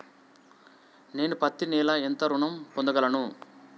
నేను పత్తి నెల ఎంత ఋణం పొందగలను?